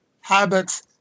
habits